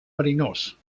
verinós